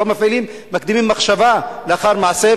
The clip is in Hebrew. לא מקדימים מחשבה למעשה,